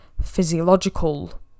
physiological